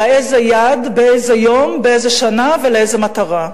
אלא איזו יד, באיזה יום, באיזו שנה ולאיזו מטרה.